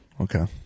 Okay